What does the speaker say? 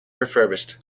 refurbished